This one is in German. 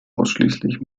ausschließlich